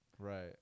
Right